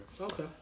Okay